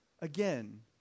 again